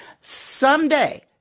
Someday